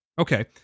Okay